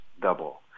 double